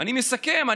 אני מסכם.